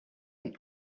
not